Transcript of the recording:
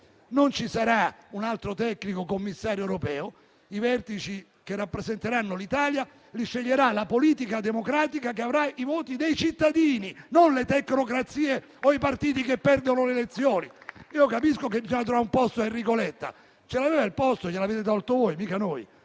Non ci sarà un altro tecnico commissario europeo, i vertici che rappresenteranno l'Italia li sceglierà la politica democratica che avrà i voti dei cittadini, non le tecnocrazie o i partiti che perdono le elezioni. Capisco che bisogna trovare un posto a Enrico Letta; ce l'aveva il posto, glielo avete tolto voi, mica noi.